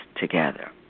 together